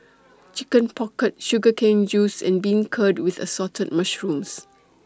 Chicken Pocket Sugar Cane Juice and Beancurd with Assorted Mushrooms